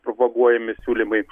propaguojami siūlymai